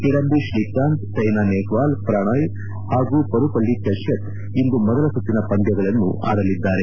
ಕಿಡಾಂಬಿ ಶ್ರೀಕಾಂತ್ ಸೈನಾನೆಹ್ವಾಲ್ ಪ್ರಣಾಯ್ ಹಾಗೂ ಪರುಪಳ್ಳಿ ಕಶ್ಚಪ್ ಇಂದು ಮೊದಲ ಸುತ್ತಿನ ಪಂದ್ಯಗಳನ್ನು ಆಡಲಿದ್ದಾರೆ